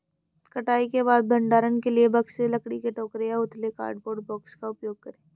कटाई के बाद भंडारण के लिए बक्से, लकड़ी के टोकरे या उथले कार्डबोर्ड बॉक्स का उपयोग करे